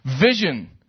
vision